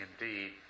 indeed